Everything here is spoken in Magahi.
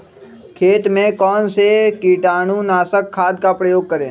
खेत में कौन से कीटाणु नाशक खाद का प्रयोग करें?